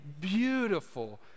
beautiful